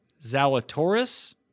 Zalatoris